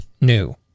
new